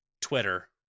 Twitter